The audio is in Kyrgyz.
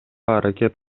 аракет